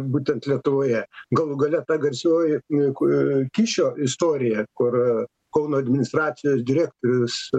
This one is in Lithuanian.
būtent lietuvoje galų gale ta garsioji ni ku kyšio istorija kur kauno administracijos direktorius